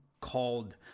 called